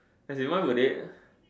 as in why would they